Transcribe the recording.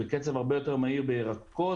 בקצב הרבה יותר מהיר בירקות.